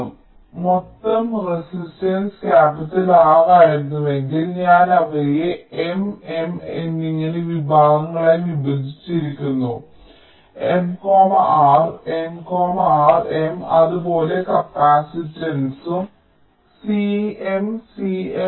അതിനാൽ മൊത്തം resistance capital R ആയിരുന്നുവെങ്കിൽ ഞാൻ അവയെ M M എന്നിങ്ങനെ വിഭാഗങ്ങളായി വിഭജിച്ചിരിക്കുന്നു M R M R M അതുപോലെ കപ്പാസിറ്റൻസും C M C M